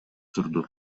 турду